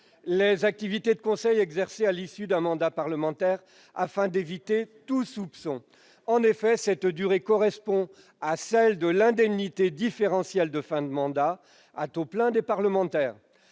les activités de conseil exercées à l'issue d'un mandat parlementaire afin d'éviter tout soupçon. En effet, cette durée correspond à celle de l'indemnité différentielle de fin de mandat à taux plein des parlementaires.